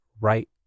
right